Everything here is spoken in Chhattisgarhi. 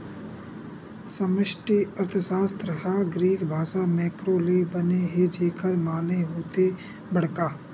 समस्टि अर्थसास्त्र ह ग्रीक भासा मेंक्रो ले बने हे जेखर माने होथे बड़का